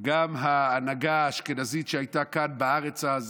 גם ההנהגה האשכנזית שהייתה כאן בארץ אז,